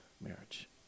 marriage